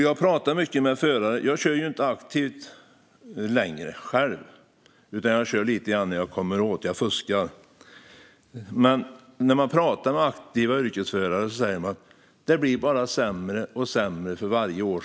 Jag talar mycket med förare. Själv kör jag inte aktivt längre, utan bara när jag kommer åt - jag fuskar. När man pratar med aktiva yrkesförare säger de att det bara blir sämre och sämre för varje år.